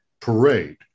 parade